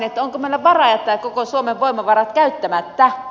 onko meillä varaa jättää koko suomen voimavarat käyttämättä